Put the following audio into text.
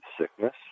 Sickness